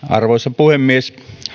arvoisa puhemies